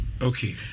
okay